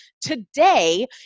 today